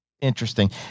Interesting